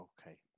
Okay